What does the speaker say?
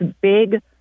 big